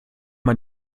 man